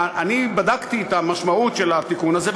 אני בדקתי את המשמעות של התיקון הזה,